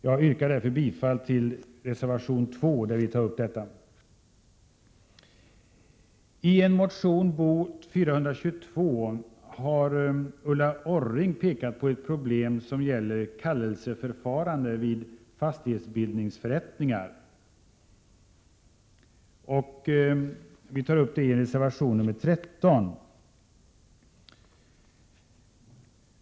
Jag yrkar bifall till reservation 2. I motion Bo422 har Ulla Orring pekat på ett problem som gäller kallelseförfarande vid fastighetsbildningsförrättningar. Vi behandlar detta i reservation 13.